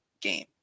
game